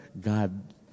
God